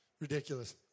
ridiculous